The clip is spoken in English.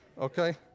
Okay